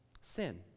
Sin